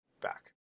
back